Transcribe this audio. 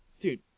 Dude